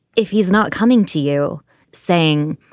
if he's not coming to you saying,